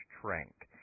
Trank